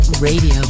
Radio